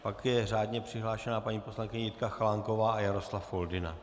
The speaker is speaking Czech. Pak je řádně přihlášena paní poslankyně Jitka Chalánková a Jaroslav Foldyna.